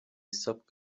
sok